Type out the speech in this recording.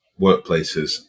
workplaces